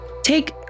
take